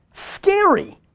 scary.